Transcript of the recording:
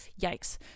Yikes